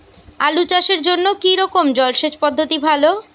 আলু চাষের জন্য কী রকম জলসেচ পদ্ধতি ভালো?